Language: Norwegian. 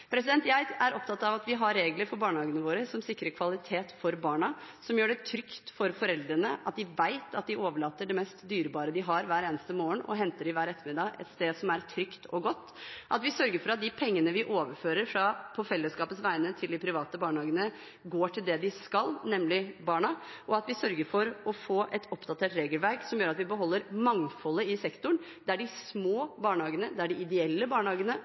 Jeg er opptatt av at vi har regler for barnehagene våre som sikrer kvalitet for barna, som gjør det trygt for foreldrene, at de vet – når de overlater det mest dyrebare de har, hver eneste morgen, og henter dem hver ettermiddag – at det er et sted som er trygt og godt, og at vi sørger for at de pengene vi overfører på fellesskapets vegne til de private barnehagene, går til det de skal, nemlig barna, og at vi sørger for å få et oppdatert regelverk som gjør at vi beholder mangfoldet i sektoren, der de små barnehagene, der de ideelle barnehagene,